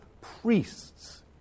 priests